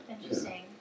interesting